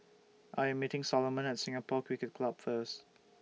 I Am meeting Solomon At Singapore Cricket Club First